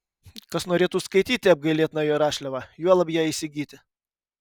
kas norėtų skaityti apgailėtiną jo rašliavą juolab ją įsigyti